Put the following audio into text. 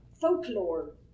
folklore